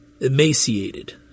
Emaciated